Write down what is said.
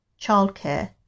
childcare